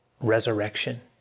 resurrection